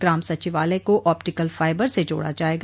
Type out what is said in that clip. ग्राम सचिवालय को optical fibre से जोड़ा जायेगा